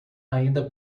ainda